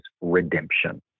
redemption